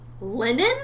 Linen